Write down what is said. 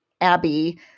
Abby